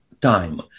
time